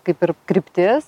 kaip ir kryptis